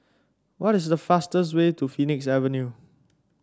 what is the fastest way to Phoenix Avenue